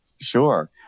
Sure